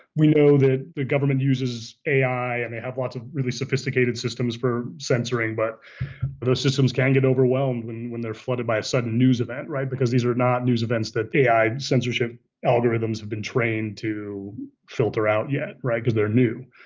we know that the government uses a i. and they have lots of really sophisticated systems for censoring, but those systems can get overwhelmed when when they're flooded by a sudden news event. right. because these are not news events that the ai censorship algorithms have been trained to filter out yet. right. cause they're new.